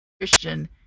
Christian